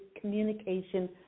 communication